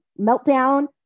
meltdown